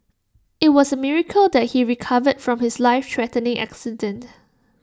IT was A miracle that he recovered from his life threatening accident